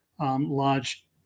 large